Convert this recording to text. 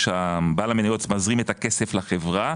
כשבעל המניות מזרים את הכסף לחברה,